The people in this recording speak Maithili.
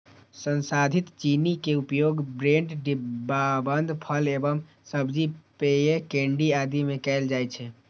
संसाधित चीनी के उपयोग ब्रेड, डिब्बाबंद फल एवं सब्जी, पेय, केंडी आदि मे कैल जाइ छै